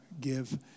give